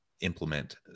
implement